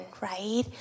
right